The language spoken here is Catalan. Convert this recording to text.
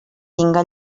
tinga